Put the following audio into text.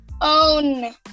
own